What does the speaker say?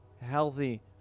healthy